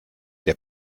der